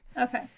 Okay